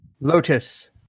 Lotus